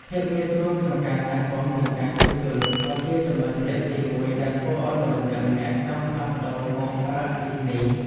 ភាពងាយស្រួលក្នុងការថែទាំនិងការជួសជុលក៏ជាចំណុចទាក់ទាញមួយដែលធ្វើឱ្យមនុស្សម្នាក់ៗចង់ផ្លាស់ប្តូរមកប្រើអគ្គិសនី។